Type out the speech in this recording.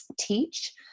teach